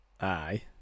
Aye